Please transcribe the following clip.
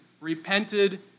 repented